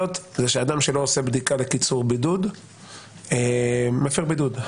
היא שאדם שלא עושה בדיקה לקיצור בידוד מפר בידוד.